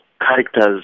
characters